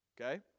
Okay